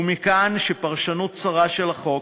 ומכאן שפרשנות צרה של החוק,